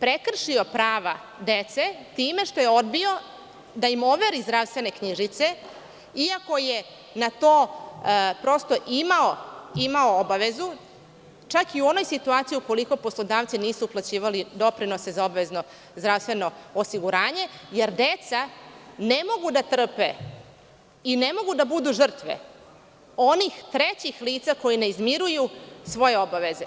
prekršio prava dece time što je odbio da im overi zdravstvene knjižice, iako je na to prosto, imao obavezu, čak i u onoj situaciji ukoliko poslodavci nisu uplaćivali doprinose za obavezno zdravstveno osiguranje, jer deca ne mogu da trpe i ne mogu da budu žrtve onih trećih lica koji ne izmiruju svoje obaveze.